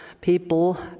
people